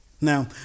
Now